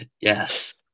Yes